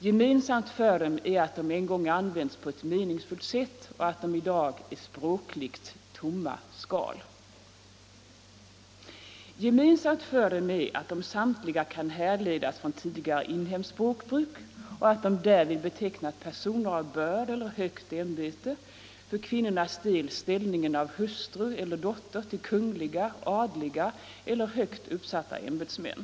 Gemensamt för dem är att de en gång använts på ett meningsfullt sätt men att de i dag är språkligt tomma skal. Gemensamt för dem är också att de samtliga kan härledas från tidigare inhemskt språkbruk och att de därvid betecknat personer av börd eller högt ämbete, för kvinnornas del ställningen som hustru eller dotter till kungliga eller adliga personer eller högt uppsatta ämbetsmän.